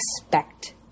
expect